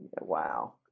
Wow